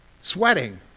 Sweating